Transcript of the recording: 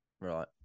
Right